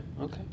okay